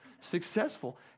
successful